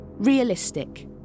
Realistic